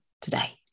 today